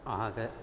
अहाँके